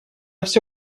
все